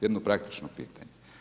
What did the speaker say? Jedno praktično pitanje.